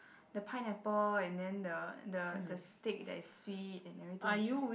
the pineapple and then the the the stick that sweet and everything is like